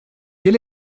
quel